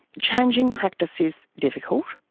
changing practice is difficult.